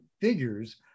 figures